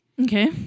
Okay